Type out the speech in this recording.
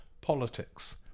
politics